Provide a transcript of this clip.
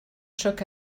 choc